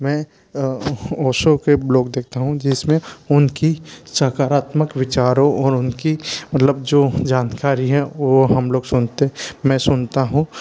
मैं ओशो के ब्लॉग देखता हूँ जिस में उनकी सकारात्मक विचारों और उनकी मतलब जो जानकारी है वो हम लोग सुनते मैं सुनता हूँ